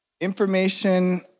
information